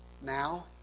now